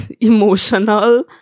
emotional